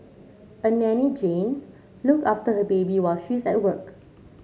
a nanny Jane look after her baby while she's at work